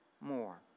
more